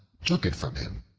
took it from him.